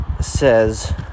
says